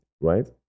right